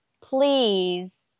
please